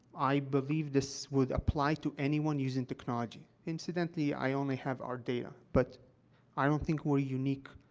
i believe this would apply to anyone using technology. incidentally, i only have our data, but i don't think we're unique.